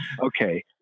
okay